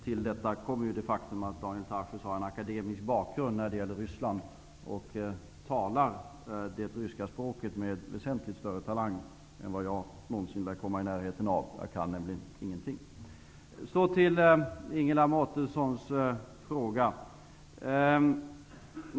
Till detta kommer det faktum att Daniel Tarschys har en akademisk bakgrund när det gäller Ryssland och talar det ryska språket med väsentligt större talang än vad jag någonsin lär komma i närheten av. Jag kan nämligen ingenting. Så till Ingela Mårtenssons fråga.